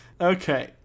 Okay